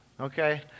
okay